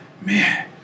man